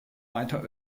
weiter